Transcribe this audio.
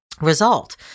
result